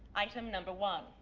item number one.